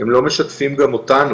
הם לא משתפים גם אותנו.